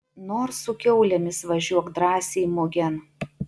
nors su kiaulėmis važiuok drąsiai mugėn